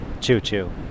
Choo-choo